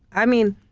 i mean,